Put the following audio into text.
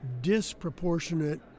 disproportionate